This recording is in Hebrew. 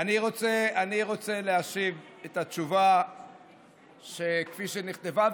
אני רוצה להשיב את התשובה כפי שנכתבה,